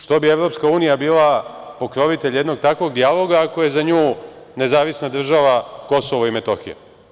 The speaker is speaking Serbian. Što bi EU bila pokrovitelj jednog takvog dijalog ako je za nju nezavisna država Kosovo i Metohija.